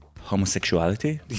Homosexuality